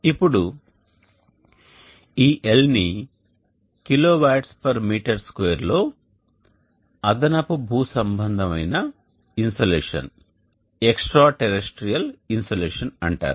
ఇప్పుడు ఈ L ని kWm2 లో అదనపు భూసంబంధమైన ఇన్సోలేషన్ అంటారు